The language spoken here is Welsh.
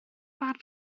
barn